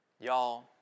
Y'all